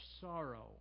sorrow